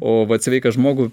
o vat sveiką žmogų